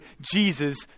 Jesus